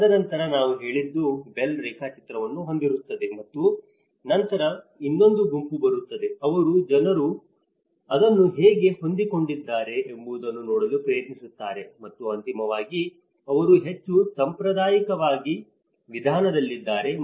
ತದನಂತರ ನಾವು ಹೇಳಿದ್ದು ಬೆಲ್ ರೇಖಾಚಿತ್ರವನ್ನು ಹೊಂದಿರುತ್ತದೆ ಮತ್ತು ನಂತರ ಇನ್ನೊಂದು ಗುಂಪು ಬರುತ್ತದೆ ಅವರು ಜನರು ಅದನ್ನು ಹೇಗೆ ಹೊಂದಿಕೊಂಡಿದ್ದಾರೆ ಎಂಬುದನ್ನು ನೋಡಲು ಪ್ರಯತ್ನಿಸುತ್ತಾರೆ ಮತ್ತು ಅಂತಿಮವಾಗಿ ಅವರು ಹೆಚ್ಚು ಸಂಪ್ರದಾಯವಾದಿ ವಿಧಾನದಲ್ಲಿದ್ದಾರೆ